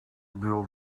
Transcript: bill